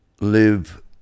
live